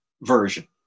version